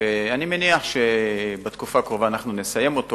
ואני מניח שבתקופה הקרובה אנחנו נסיים אותו,